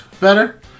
better